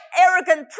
arrogant